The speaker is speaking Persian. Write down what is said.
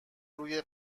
روی